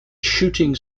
shooting